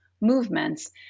movements